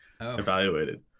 evaluated